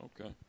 Okay